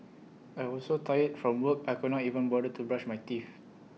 I was so tired from work I could not even bother to brush my teeth